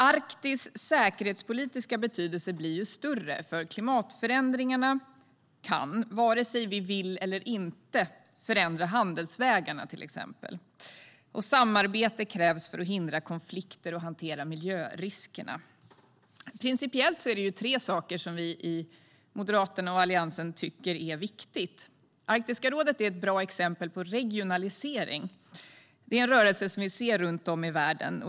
Arktis säkerhetspolitiska betydelse blir större, för klimatförändringarna kan, vare sig vi vill eller inte, förändra handelsvägarna till exempel, och samarbete krävs för att hindra konflikter och hantera miljöriskerna. Principiellt är det tre saker som vi i Moderaterna och Alliansen tycker är viktiga. Arktiska rådet är ett bra exempel på regionalisering. Det är en rörelse som vi ser runt om i världen.